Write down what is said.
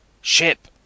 Ship